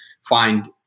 find